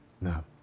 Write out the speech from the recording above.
No